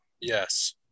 Yes